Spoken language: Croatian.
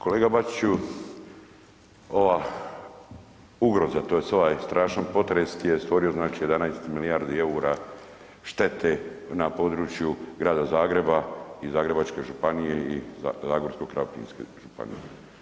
Kolega Bačiću, ova ugroza tj. ovaj strašan potres ti je stvorio znači 11 milijardi EUR-a štete na području Grada Zagreba i Zagrebačke županije i Zagorsko-krapinske županije.